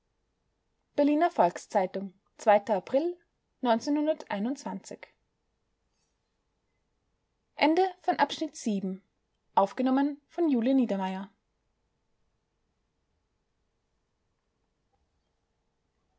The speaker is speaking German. berliner volks-zeitung april